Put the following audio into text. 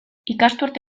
ikasturte